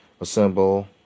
assemble